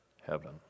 heaven